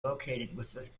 located